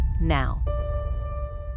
now